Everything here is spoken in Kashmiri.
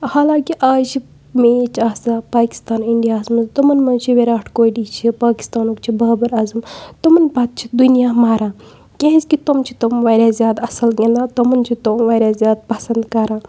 حالانٛکہِ آز چھِ میٚچ آسان پاکِستان اِنڈیاہَس منٛز تٕمَن منٛز چھِ وِراٹھ کوہلی چھِ پاکِستانُک چھِ بابَر عظُم تمَن پَتہٕ چھِ دُنیا مَران کیٛازِکہِ تٕم چھِ تم واریاہ زیادٕ اَصٕل گِنٛدان تمَن چھِ تم واریاہ زیادٕ پَسَنٛد کَران